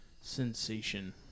Sensation